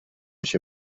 się